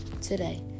today